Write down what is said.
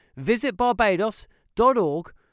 visitbarbados.org